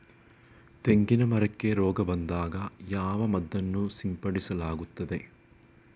ತೆಂಗಿನ ಮರಕ್ಕೆ ರೋಗ ಬಂದಾಗ ಯಾವ ಮದ್ದನ್ನು ಸಿಂಪಡಿಸಲಾಗುತ್ತದೆ?